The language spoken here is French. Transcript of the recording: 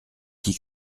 qui